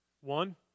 One